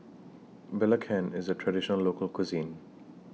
Belacan IS A Traditional Local Cuisine